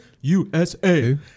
USA